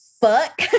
fuck